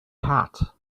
hat